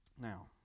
Now